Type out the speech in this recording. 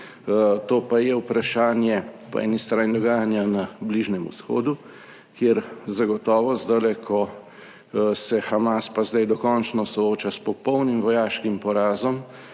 to pa je vprašanje po eni strani dogajanja na Bližnjem vzhodu, kjer zagotovo zdajle, ko se Hamas pa zdaj dokončno sooča s popolnim vojaškim porazom,